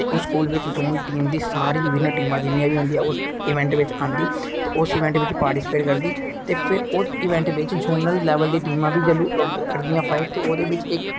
उस स्कूल च zone team दी सारी बिनर टीमां जिन्नी बी होंदियां इस इवेंट बिच आंदी ते उस इंवेंट बिच पार्टीस्पेट करदी ते फिर उस इंबेट बिच जोनल लेबल दियां टीमां बी जंदू करदियां फाइट फिर